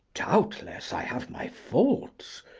doubtless, i have my faults,